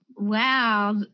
Wow